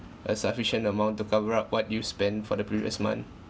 a sufficient amount to cover up what you spent for the previous month